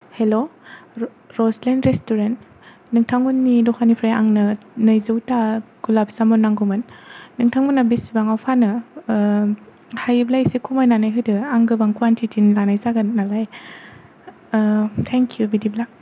hello रजलेन restaurant नोंथांमोननि दखाननिफ्राय आंनो नैजौता गुलाप जामुन नांगौमोन नोंथांमोना बेसेबाङाव फानो हायोब्ला इसे खमायनानै होदो आं गोबां क्वान्तितिनि लानाय जागोन नालाय थेंक इउ बिदिब्ला